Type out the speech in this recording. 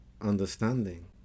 understanding